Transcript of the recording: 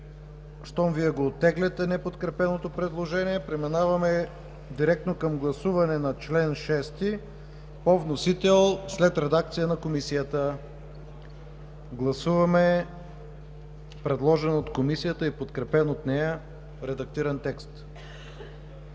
като Вие оттегляте неподкрепеното предложение, преминаваме директно към гласуване на чл. 6 по вносител, след редакция на Комисията. Гласуваме предложен от Комисията и подкрепен от нея редактиран текст.